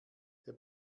der